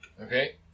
Okay